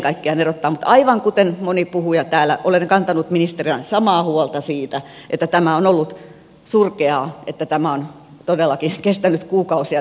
mutta aivan kuten moni puhuja täällä olen kantanut ministerinä samaa huolta siitä että tämä on ollut surkeaa että tämä huutokauppa on todellakin kestänyt kuukausia